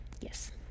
Yes